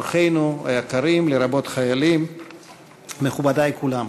אורחינו היקרים, לרבות חיילים, מכובדי כולם,